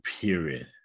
period